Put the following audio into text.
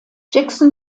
jackson